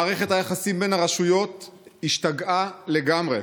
מערכת היחסים בין הרשויות השתגעה לגמרי,